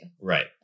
right